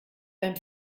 beim